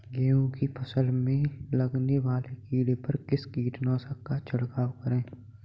गेहूँ की फसल में लगने वाले कीड़े पर किस कीटनाशक का छिड़काव करें?